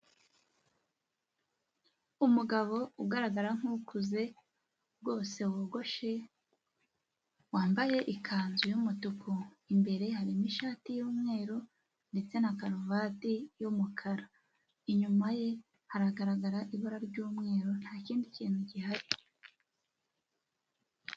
Umugabo ugaragara nk'ukuze rwose wogoshe, wambaye ikanzu y'umutuku, imbere hari n'ishati y'umweru ndetse na karuvati y'umukara, inyuma ye haragaragara ibara ry'umweru ntakindi kintu gihari.